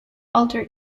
alter